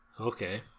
Okay